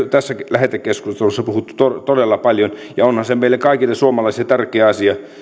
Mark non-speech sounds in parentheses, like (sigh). (unintelligible) tässä lähetekeskustelussa puhuttu todella paljon ja onhan se meille kaikille suomalaisille tärkeä asia